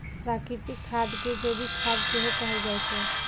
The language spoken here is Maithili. प्राकृतिक खाद कें जैविक खाद सेहो कहल जाइ छै